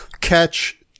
catch